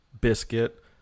biscuit